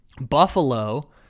Buffalo